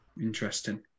interesting